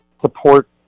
support